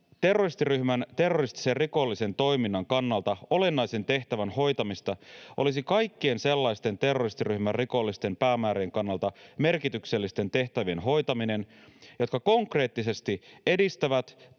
terroristiryhmän terroristisen rikollisen toiminnan kannalta olennaisen tehtävän hoitamista olisi kaikkien sellaisten terroristiryhmän rikollisten päämäärien kannalta merkityksellisten tehtävien hoitaminen, jotka konkreettisesti edistävät